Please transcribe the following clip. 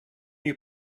you